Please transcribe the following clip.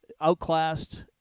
outclassed